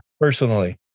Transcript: Personally